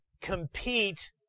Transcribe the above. compete